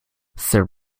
sir